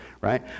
right